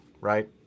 right